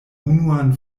unuan